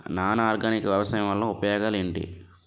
Non organic వ్యవసాయం వల్ల ఉపయోగాలు ఏంటీ?